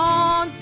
on